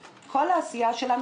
עלה גם כל העניין של הסייבר,